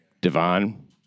Devon